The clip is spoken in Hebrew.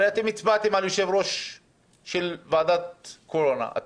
הרי אתם הצבעתם על יושב-ראש של ועדת קורונה,